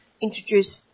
introduce